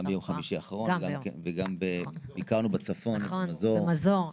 גם ביום חמישי האחרון, וגם ביקרנו בצפון, במזור.